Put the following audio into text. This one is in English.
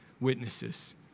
witnesses